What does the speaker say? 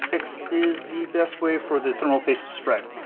x is the best way for the thermal paste to spread.